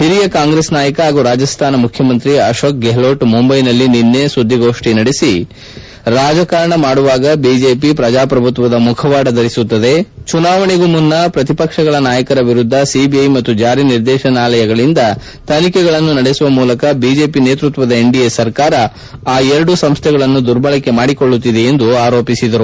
ಹಿರಿಯ ಕಾಂಗ್ರೆಸ್ ನಾಯಕ ಹಾಗೂ ರಾಜಸ್ಥಾನ ಮುಖ್ಯಮಂತ್ರಿ ಅಶೋಕ್ ಗೆಹ್ತೋಟ್ ಮುಂಬ್ವೆನಲ್ಲಿ ನಿನ್ನೆ ಸುದ್ದಿಗೋಷ್ತಿ ನಡೆಸಿ ರಾಜಕಾರಣ ಮಾಡುವಾಗ ಬಿಜೆಪಿ ಪ್ರಜಾಪ್ರಭುತ್ವದ ಮುಖವಾದವನ್ನು ಧರಿಸುತ್ತಿದೆ ಚುನಾವಣೆಗೂ ಮುನ್ನ ಪ್ರತಿಪಕ್ಷಗಳ ನಾಯಕರ ವಿರುದ್ಧ ಸಿಬಿಐ ಮತ್ತು ಜಾರಿ ನಿರ್ದೇಶನಾಲಯಗಳಿಂದ ತನಿಖೆಗಳನ್ನು ನಡೆಸುವ ಮೂಲಕ ಬಿಜೆಪಿ ನೇತ್ವತ್ತದ ಎನ್ಡಿಎ ಸರ್ಕಾರ ಆ ಎರಡು ಸಂಸ್ಥೆಗಳನ್ನು ದುರ್ಬಳಕೆ ಮಾಡಿಕೊಳ್ಳುತ್ತಿದೆ ಎಂದು ಆರೋಪಿಸಿದರು